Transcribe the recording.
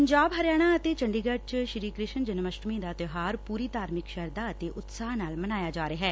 ਪੰਜਾਬ ਹਰਿਆਣਾ ਅਤੇ ਚੰਡੀਗੜ ਚ ਸ੍ਰੀ ਕ੍ਰਿਸ਼ਨ ਜਨਮ ਅਸ਼ਟਮੀ ਦਾ ਤਿਉਹਾਰ ਪੁਰੀ ਧਾਰਮਿਕ ਸ਼ਰਧਾ ਅਤੇ ਉਤਸ਼ਾਹ ਨਾਲ ਮਨਾਇਆ ਜਾ ਰਿਹੈ